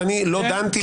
ואני לא דנתי פה?